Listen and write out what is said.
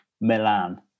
Milan